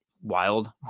wild